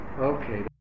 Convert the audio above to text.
okay